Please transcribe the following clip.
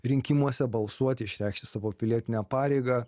rinkimuose balsuoti išreikšti savo pilietinę pareigą